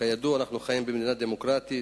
כידוע, אנחנו חיים במדינה דמוקרטית,